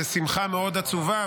זאת שמחה מאוד עצובה,